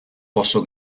posso